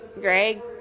Greg